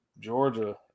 Georgia